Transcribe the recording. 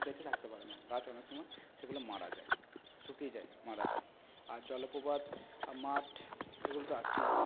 বেঁচে থাকতে পারে না গাছ অনেক সময় সেগুলো মারা যায় শুকিয়ে যায় মারা যায় আর জলপ্রপাত মাঠ এগুলো তো আছেই